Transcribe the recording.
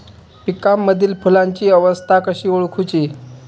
पिकांमदिल फुलांची अवस्था कशी ओळखुची?